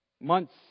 months